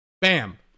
Bam